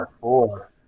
four